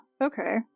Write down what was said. Okay